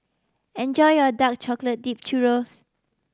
enjoy your dark chocolate dipped churros